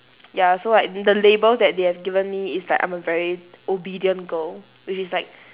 ya so like the labels that they have given me is like I'm a very obedient girl which is like